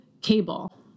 cable